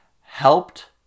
helped